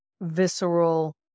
visceral